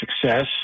success